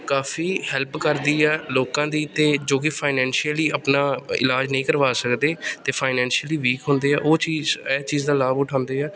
ਕਾਫ਼ੀ ਹੈਲਪ ਕਰਦੀ ਆ ਲੋਕਾਂ ਦੀ ਅਤੇ ਜੋ ਕਿ ਫਾਈਨੈਂਸ਼ੀਅਲੀ ਆਪਣਾ ਇਲਾਜ ਨਹੀਂ ਕਰਵਾ ਸਕਦੇ ਅਤੇ ਫਾਈਨੈਂਸ਼ੀਅਲੀ ਵੀਕ ਹੁੰਦੇ ਆ ਉਹ ਚੀਜ਼ ਇਹ ਚੀਜ਼ ਦਾ ਲਾਭ ਉਠਾਉਂਦੇ ਆ